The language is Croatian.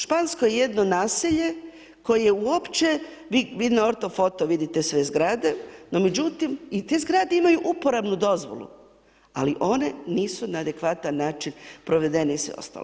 Špansko je jedno naselje, koje uopće, vi na orto-foto vidite sve zgrade, no međutim i te zgrade imaju uporabnu dozvolu, ali one nisu na adekvatan način provedene i sve ostalo.